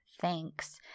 Thanks